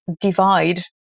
divide